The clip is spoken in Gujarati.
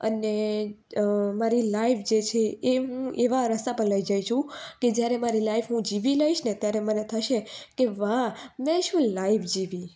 અને અ મારી લાઈફ જે છે એ હું એવા રસ્તા પર લઈ જઈ છું કે જ્યારે મારી લાઈફ હું જીવી લઈશને ત્યારે મને થશે કે વાહ મેં શું લાઈફ જીવી